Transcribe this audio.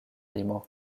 limo